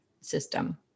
system